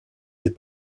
des